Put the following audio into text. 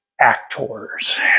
actors